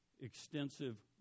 extensive